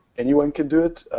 anyone can do it,